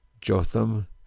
Jotham